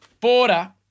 Border